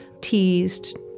teased